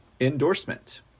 endorsement